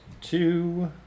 two